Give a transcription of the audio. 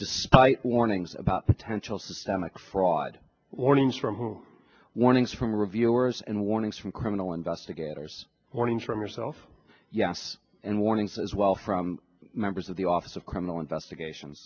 despite warnings about potential systemically fraud warnings from whom warnings from reviewers and warnings from criminal investigators warnings from yourself yes and warnings as well from members of the office of criminal investigation